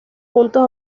puntos